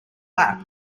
lap